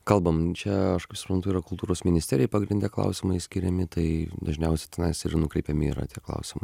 kalbam čia aš kaip suprantu yra kultūros ministerijai pagrinde klausimai skiriami tai dažniausiai tenais ir nukreipiami yra tie klausimai